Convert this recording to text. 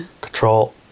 Control